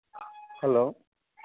hello